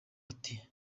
ati